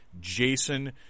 Jason